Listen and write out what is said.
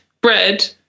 bread